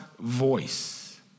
voice